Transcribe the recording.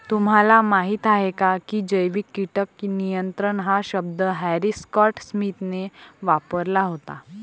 तुम्हाला माहीत आहे का की जैविक कीटक नियंत्रण हा शब्द हॅरी स्कॉट स्मिथने वापरला होता?